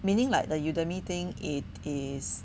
meaning like the Udemy thing it is